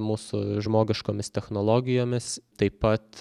mūsų žmogiškomis technologijomis taip pat